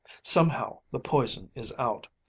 somehow the poison is out.